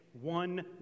one